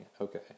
okay